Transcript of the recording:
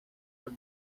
the